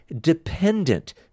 dependent